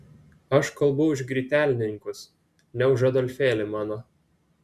aš kalbu už grytelninkus ne už adolfėlį mano